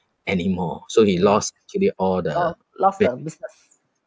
anymore so he lost actually all the